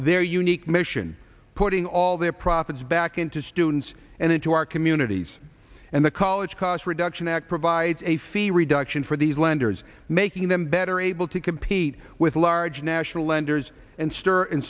their unique mission putting all their profits back into students and into our communities and the college cost reduction act provides a fee reduction for these lenders making them better able to compete with large national lenders and